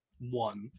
one